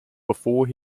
before